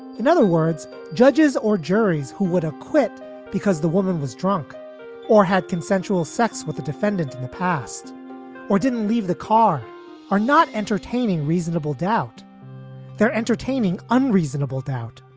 in other words, judges or juries who would acquit because the woman was drunk or had consensual sex with a defendant in the past or didn't leave the car are not entertaining reasonable doubt they're entertaining unreasonable doubt.